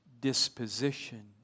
disposition